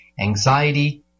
anxiety